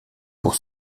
pour